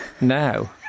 now